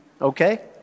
Okay